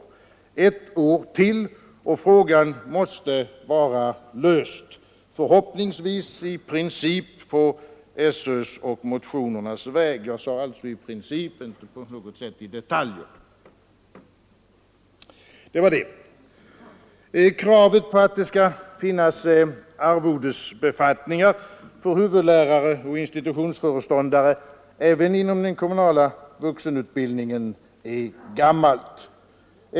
Då blir också följden: ett år till och problemet måste vara löst, förhoppningsvis i princip på SÖ:s och motionärernas väg. Jag sade i princip; inte på något sätt i detaljer. Å Kravet på att det skall finnas arvodesbefattningar för huvudlärare och institutionsföreståndare även inom den kommunala vuxenutbildningen är gammalt.